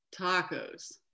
Tacos